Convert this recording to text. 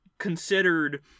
considered